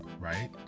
right